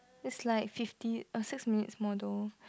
it's like fifty a six minutes model